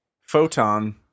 photon